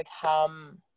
become